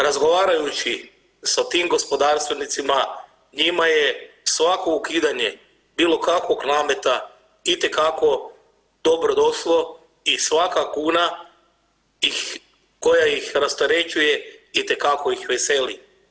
Razgovarajući sa tim gospodarstvenicima njima je svako ukidanje bilo kakvog nameta itekako dobro došlo i svaka kuna ih, koja ih rasterećuje itekako ih veseli.